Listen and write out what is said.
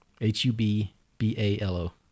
H-U-B-B-A-L-O